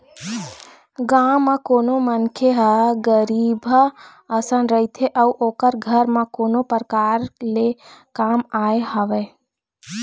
गाँव म कोनो मनखे ह गरीबहा असन रहिथे अउ ओखर घर म कोनो परकार ले काम आय हवय